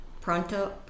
Pronto